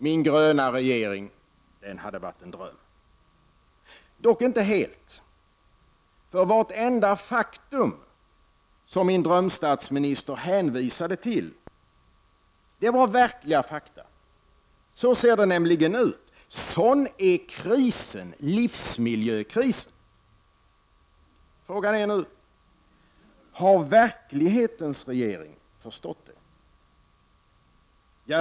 Min gröna regering hade varit en dröm. Dock inte helt! Vartenda faktum som min drömstatsminister hänvisade till är verkligt; så ser det ut, sådan är krisen, livsmiljökrisen. Frågan är nu: Har verklighetens regering förstått det?